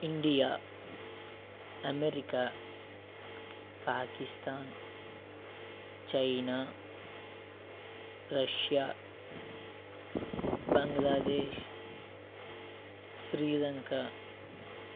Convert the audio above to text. India America Pakistan China Russia Bangladesh Sri Lanka